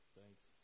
thanks